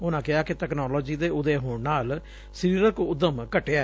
ਉਨਾਂ ਕਿਹਾ ਕਿ ਤਕਨਾਲੋਜੀ ਦੇ ਉਦੈ ਹੋਣ ਨਾਲ ਸਰੀਰਕ ਉੱਦਮ ਘਟਿਐ